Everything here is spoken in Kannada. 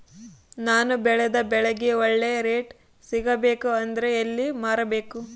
ನಾನು ಬೆಳೆದ ಬೆಳೆಗೆ ಒಳ್ಳೆ ರೇಟ್ ಸಿಗಬೇಕು ಅಂದ್ರೆ ಎಲ್ಲಿ ಮಾರಬೇಕು?